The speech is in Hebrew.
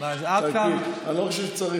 אז עד כאן, אני לא חושב שצריך.